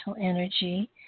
energy